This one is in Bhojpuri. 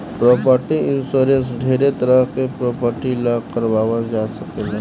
प्रॉपर्टी इंश्योरेंस ढेरे तरह के प्रॉपर्टी ला कारवाल जा सकेला